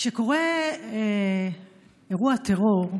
כשקורה אירוע טרור,